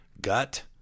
gut